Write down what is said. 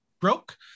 broke